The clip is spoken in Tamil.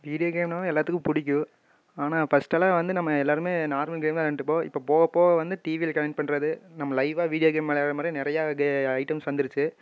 வீடியோ கேம்னாலே எல்லாத்துக்கும் பிடிக்கும் ஆனால் ஃபஸ்ட்டெல்லாம் வந்து நம்ம எல்லோருமே நார்மல் கேம் தான் வெளாண்டுகிட்ருப்போம் இப்போ போகப்போக வந்து டிவியில் கனெக்ட் பண்ணுறது நம்ம லைவாக வீடியோ கேம் விளையாடுற மாரியே நிறையா கே ஐட்டம்ஸ் வந்துருச்சு